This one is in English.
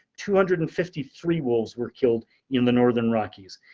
two hundred and fifty three wolves were killed in the northern rockies.